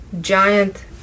giant